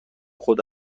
خود